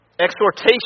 exhortation